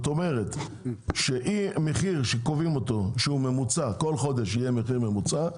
כל חודש יהיה מחיר ממוצע,